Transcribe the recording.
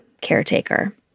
caretaker